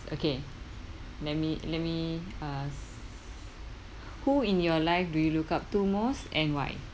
okay let me let me ask who in your life do you look up to most and why